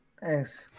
thanks